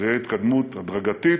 זאת תהיה התקדמות הדרגתית,